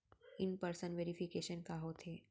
In person verification का होथे?